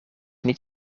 niet